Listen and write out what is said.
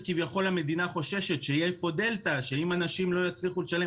שכביכול המדינה חוששת שתהיה פה דלתא ושאנשים לא יצליחו לשלם